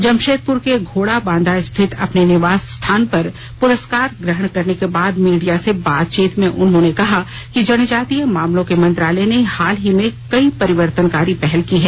जमशेदपुर के घोड़ाबांधा स्थित अपने निवास स्थान पर प्रस्कार ग्रहण करने के बाद मीडिया से बातचीत में उन्होंने कहा कि जनजातीय मामलों के मंत्रालय ने हाल ही में कई परिवर्तनकारी पहल की हैं